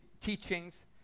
teachings